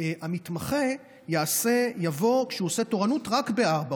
המתמחה יבוא כשהוא עושה תורנות רק ב-16:00,